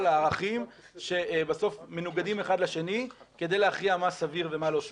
הערכים שבסוף מנוגדים אחד לשני כדי להכריע מה סביר ומה לא סביר.